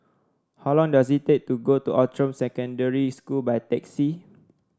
how long does it take to go to Outram Secondary School by taxi